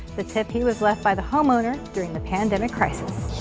the tip he was left by the homeowner during the pandemic crisis.